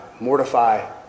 Mortify